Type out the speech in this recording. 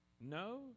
No